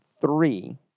three